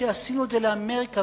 שעשינו את זה לאמריקה,